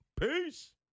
peace